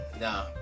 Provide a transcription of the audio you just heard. No